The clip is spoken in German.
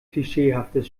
klischeehaftes